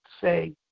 say